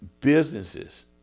businesses